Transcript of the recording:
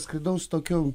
skridau su tokiu